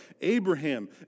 Abraham